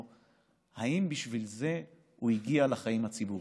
אם בשביל זה הוא הגיע לחיים הציבוריים.